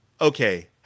okay